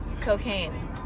cocaine